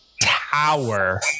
tower